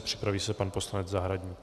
Připraví se pan poslanec Zahradník.